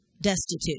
destitute